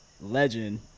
legend